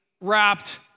Wrapped